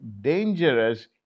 dangerous